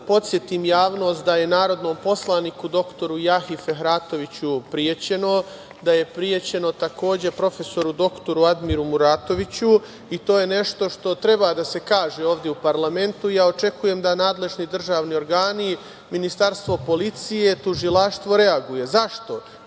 podsetim javnost da je narodnom poslaniku doktoru Jahji Fehratoviću prećeno, da je prećeno takođe, prof. dr Admiru Muratoviću i to je nešto što treba da se kaže ovde u parlamentu. Očekujem da nadležni državni organi, Ministarstvo policije, tužilaštvo reaguje. Zašto?